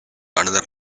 another